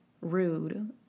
rude